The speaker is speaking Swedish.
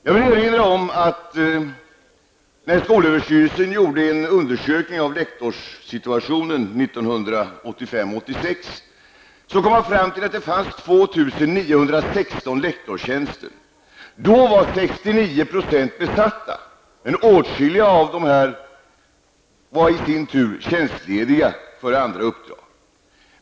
Jag vill påminna om att när skolöverstyrelsen gjorde en undersökning av lektorssituationen 1985/86 kom man fram till att det fanns 2 916 Åtskilliga av lektorerna var i sin tur tjänstlediga för andra uppdrag.